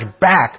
back